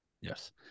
yes